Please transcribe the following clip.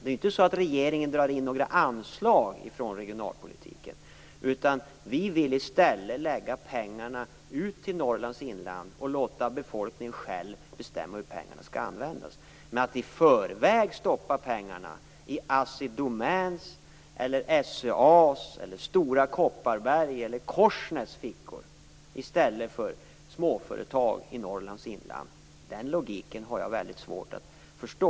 Det är ju inte så att regeringen drar in några anslag från regionalpolitiken, utan vi vill i stället lägga ut pengarna till Norrlands inland och låta befolkningen själv bestämma hur pengarna skall användas. Att man i förväg skulle stoppa pengarna i Assi Domäns, SCA:s, Stora Kopparbergs eller Korsnäs fickor i stället för hos småföretag i Norrlands inland är en logik som jag har väldigt svårt att förstå.